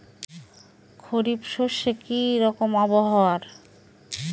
খরিফ শস্যে কি রকম আবহাওয়ার?